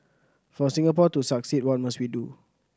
for Singapore to succeed what must we do